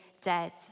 dead